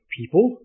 people